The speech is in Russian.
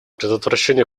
предотвращение